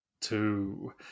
Two